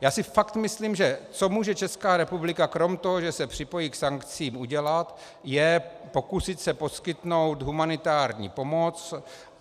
Já si fakt myslím, že co může Česká republika krom toho, že se připojí k sankcím, udělat, je pokusit se poskytnout humanitární pomoc